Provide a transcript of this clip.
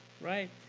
right